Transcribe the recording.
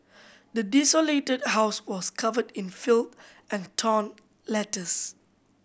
the desolated house was covered in filth and torn letters